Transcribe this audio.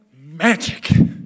magic